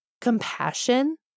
compassion